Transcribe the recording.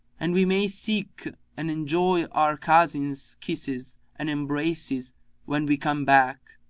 and we may seek and enjoy our cousins' kisses and embraces when we come back.